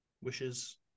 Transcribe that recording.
wishes